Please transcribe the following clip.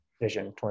vision